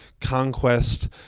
Conquest